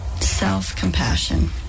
self-compassion